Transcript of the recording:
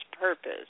purpose